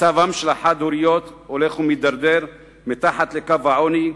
מצבן של החד-הוריות הולך ומידרדר מתחת לקו העוני,